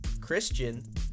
Christian